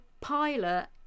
pilot